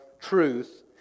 truth